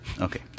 Okay